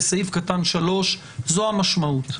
וסעיף קטן (3) זאת המשמעות.